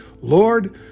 Lord